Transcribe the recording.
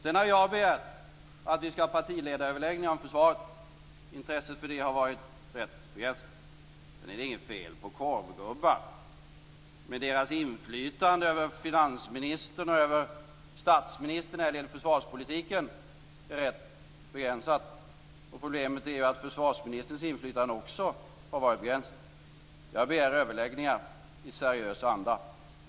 Jag har sedan begärt att vi skall ha partiledaröverläggningar om försvaret. Intresset för det har varit rätt begränsat. Det är vidare inget fel på korvgubbar, men deras inflytande över finansministern och över statsministern när det gäller försvarspolitiken är rätt begränsat, och problemet är att också försvarsministerns inflytande har varit begränsat. Jag begär överläggningar i seriös anda.